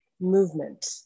movement